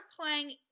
playing